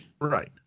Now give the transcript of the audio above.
Right